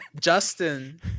Justin